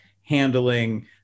handling